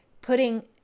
putting